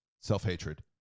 self-hatred